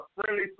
friendly